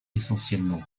essentiellement